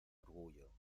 orgullo